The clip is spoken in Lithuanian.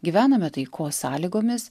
gyvename taikos sąlygomis